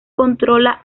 controla